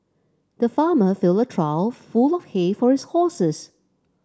the farmer filled a trough full of hay for his horses